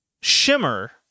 Shimmer